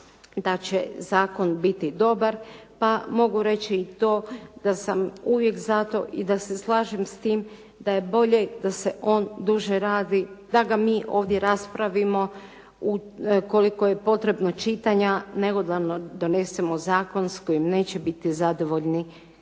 da će zakon biti dobar pa mogu reći i to da sam uvijek za to i da se slažem s tim da je bolje da se on duže radi, da ga mi ovdje raspravimo u koliko je potrebno čitanja, nego da donesemo zakon s kojim neće biti zadovoljni